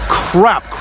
crap